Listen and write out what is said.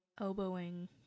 elbowing